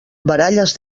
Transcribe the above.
baralles